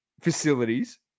Facilities